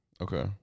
Okay